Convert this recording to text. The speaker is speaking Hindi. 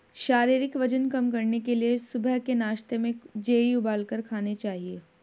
शारीरिक वजन कम करने के लिए सुबह के नाश्ते में जेई उबालकर खाने चाहिए